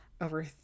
over